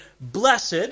Blessed